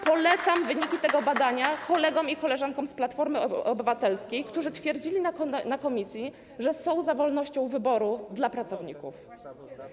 Polecam przejrzenie wyników tego badania kolegom i koleżankom z Platformy Obywatelskiej, którzy twierdzili na posiedzeniu komisji, że są za wolnością wyboru dla pracowników.